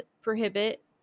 prohibit